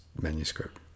manuscript